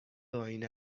آینه